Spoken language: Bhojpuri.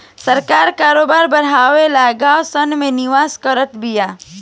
सरकार करोबार बड़ावे ला गाँव सन मे निवेश करत बिया